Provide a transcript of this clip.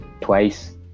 twice